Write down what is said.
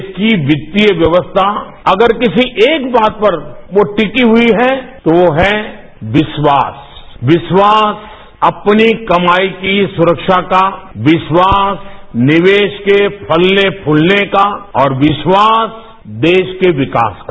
देश की वित्तीय व्यवस्था अगर किसी एक बात पर वो टिकी हुई है तो वो है विश्वास विश्वास अपनी कमाई की सुरक्षा का विश्वास निवेश के फलने छूलने का और विश्वास देश के विकास का